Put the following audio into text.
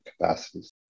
capacities